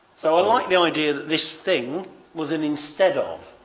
so i like the idea that this thing was an instead of,